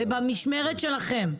זה במשמרת שלכם,